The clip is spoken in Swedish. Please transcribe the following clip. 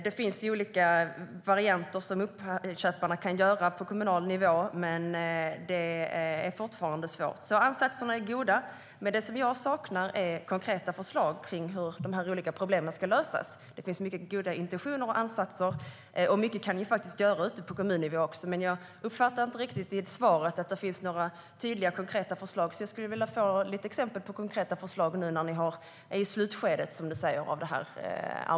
Det finns olika varianter som uppköparna kan använda på kommunal nivå, men det är fortfarande svårt. Ansatserna är goda; det som jag saknar är konkreta förslag på hur de olika problemen ska lösas. Det finns många goda intentioner och ansatser, och mycket kan vi faktiskt göra på kommunnivå också. Men jag uppfattar inte riktigt i svaret att det skulle finnas några tydliga och konkreta förslag. Jag skulle vilja få lite exempel på konkreta förslag, nu när arbetet är i slutskedet, som ministern säger.